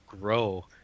grow